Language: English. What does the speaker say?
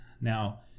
Now